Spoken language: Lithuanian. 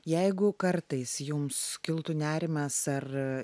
jeigu kartais jums kiltų nerimas ar